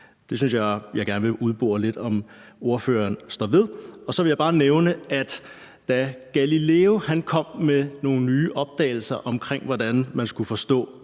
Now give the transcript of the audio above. Det synes jeg at jeg gerne vil bore lidt i om ordføreren står ved. Og så vil jeg bare nævne, at da Galileo kom med nogle nye opdagelser om, hvordan man skulle forstå